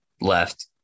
left